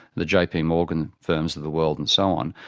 the jpmorgan firms of the world and so on,